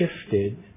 shifted